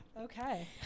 Okay